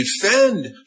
defend